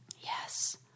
Yes